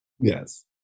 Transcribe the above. Yes